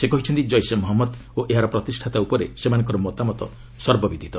ସେ କହିଛନ୍ତି ଜୈସେ ମହମ୍ମଦ ଓ ଏହାର ପ୍ରତିଷ୍ଠାତା ଉପରେ ସେମାନଙ୍କର ମତାମତ ସର୍ବବିଦିତ